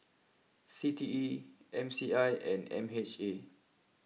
C T E M C I and M H A